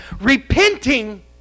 repenting